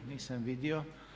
Nisam vidio.